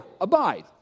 abide